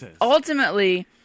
Ultimately